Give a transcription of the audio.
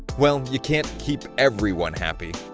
well, you cannot keep everyone happy!